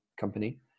company